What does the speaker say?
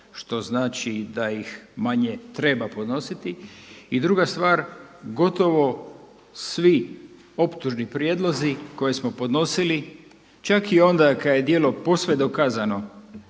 što znači da ih manje treba podnositi. I druga stvar, gotovo svi optužni prijedlozi koje smo podnosili čak i onda kad je djelo posve dokazano,